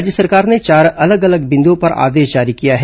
राज्य सरकार ने चार अलग अलग बिंदुओं पर आदेश जारी किया है